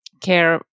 care